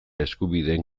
eskubideen